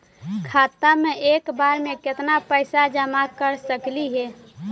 खाता मे एक बार मे केत्ना पैसा जमा कर सकली हे?